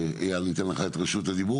אייל, אני אתן לך את רשות הדיבור.